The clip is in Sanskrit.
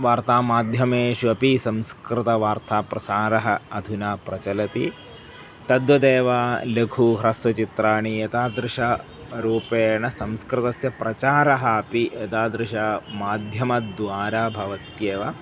वार्तामाध्यमेषु अपि संस्कृतवार्ताप्रसारः अधुना प्रचलति तद्वदेव लघु ह्रस्वचित्राणि एतादृश रूपेण संस्कृतस्य प्रचारः अपि एतादृश माध्यमद्वारा भवत्येव